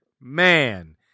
man